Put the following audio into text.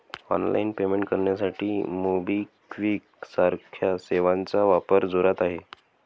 online payment करण्यासाठी MobiKwik सारख्या सेवांचा वापर जोरात आहे